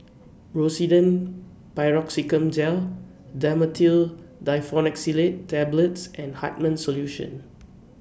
Rosiden Piroxicam Gel Dhamotil Diphenoxylate Tablets and Hartman's Solution